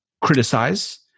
criticize